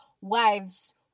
wives